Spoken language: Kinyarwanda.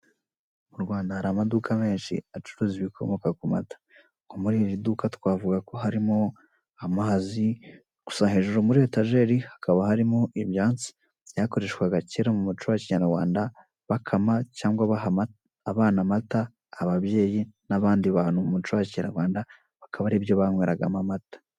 Mu Rwanda hari amaduka meshi acuruza ibikomoka ku mata ,nko muririduka twavugako harimo amazi ,gusa hejuru muri etajeri hakaba harimo ibyatsi byakoreshwaga cyera mumuco nyarwanda bakama cyagwa baha abana amata ,ababyeyi n'abandi bantu mumuco wa kinyarwanda baka aribyo banyweragamo amata.